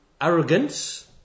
arrogance